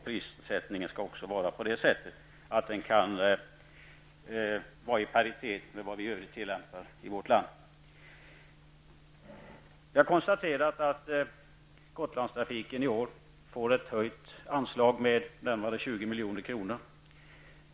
Prissättningen skall också vara i paritet med vad vi i övrigt tillämpar i vårt land. Jag har konstaterat att Gotlandstrafiken i år får anslaget höjt med närmare 20 milj.kr.